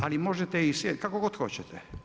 Ali možete i sjediti, kako god hoćete.